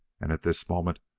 and at this moment,